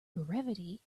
brevity